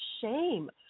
shame